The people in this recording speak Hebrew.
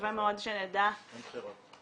שווה מאוד שנדע --- אין בחירות.